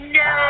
no